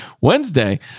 wednesday